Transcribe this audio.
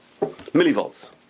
Millivolts